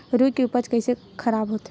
रुई के उपज कइसे खराब होथे?